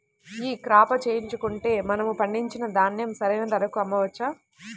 ఈ క్రాప చేయించుకుంటే మనము పండించిన ధాన్యం సరైన ధరకు అమ్మవచ్చా?